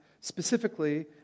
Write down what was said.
specifically